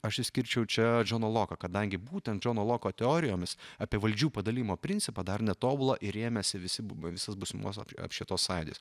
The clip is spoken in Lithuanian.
aš išskirčiau čia džoną loką kadangi būtent džono loko teorijomis apie valdžių padalijimo principą dar netobulą ir rėmėsi visi bu visas būsimos apšvietos sąjūdis